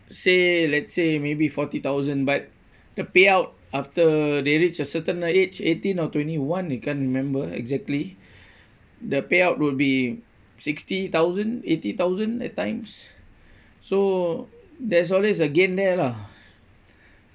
say let's say maybe forty thousand but the payout after they reach a certain age eighteen or twenty one I can't remember exactly the payout would be sixty thousand eighty thousand at times so there's always a gain there lah